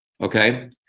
okay